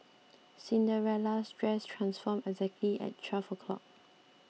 Cinderella's dress transformed exactly at twelve O' clock